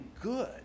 good